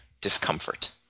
discomfort